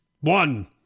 One